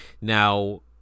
now